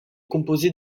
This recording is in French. composée